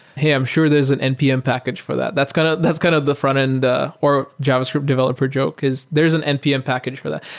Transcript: hey, i'm sure there's an npm package for that. that's kind of that's kind of the frontend or javascript developer joke, is there is an npm package for that.